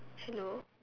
hello